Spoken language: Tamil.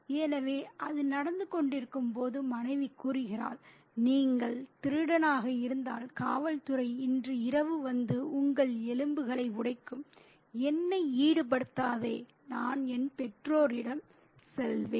எனவே அது நடந்துகொண்டிருக்கும்போது மனைவி கூறுகிறாள் நீங்கள் திருடனாக இருந்தால் காவல்துறை இன்று இரவு வந்து உங்கள் எலும்புகளை உடைக்கும் என்னை ஈடுபடுத்தாதே நான் என் பெற்றோரிடம் செல்வேன்